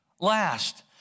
last